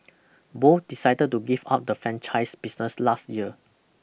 both decided to give up the franchise business last year